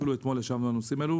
אפילו אתמול ישבנו על הנושאים האלו,